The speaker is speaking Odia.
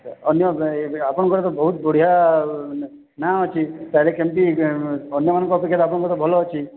ଅନ୍ୟ ଆପଣଙ୍କର ତ ବହୁତ ବଢ଼ିଆ ନାଁ ଅଛି ତା'ହେଲେ କେମିତି ଅନ୍ୟ ମାନଙ୍କ ଅପେକ୍ଷା ଆପଣଙ୍କର ତ ଭଲ ଅଛି